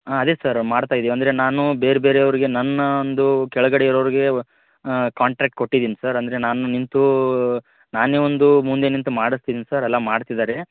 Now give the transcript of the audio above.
ಹಾಂ ಅದೆ ಸರ್ ಮಾಡ್ತಯಿದೀವಿ ಅಂದರೆ ನಾನು ಬೇರೆ ಬೇರೆ ಅವ್ರ್ಗೆ ನನ್ನ ಒಂದು ಕೆಳಗಡೆ ಇರೋರಿಗೆ ವ ಕಾಂಟ್ರ್ಯಾಕ್ಟ್ ಕೊಟ್ಟಿದಿನಿ ಸರ್ ಅಂದರೆ ನಾನು ನಿಂತೂ ನಾನೇ ಒಂದು ಮುಂದೆ ನಿಂತು ಮಾಡಸ್ತೀನಿ ಸರ್ ಎಲ್ಲ ಮಾಡ್ತಿದ್ದಾರೆ